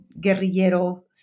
guerrillero